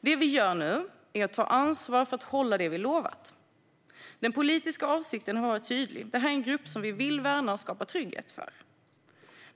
Det vi gör nu är att ta ansvar för att hålla det vi har lovat. Den politiska avsikten har varit tydlig: Detta är en grupp vi vill värna och skapa trygghet för.